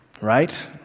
Right